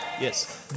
Yes